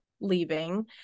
leaving